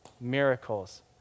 Miracles